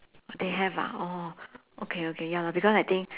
they have ah oh okay okay ya lor because I think